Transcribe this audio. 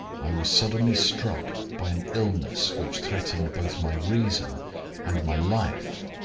i was suddenly struck by an illness which threatened both my reason and my life.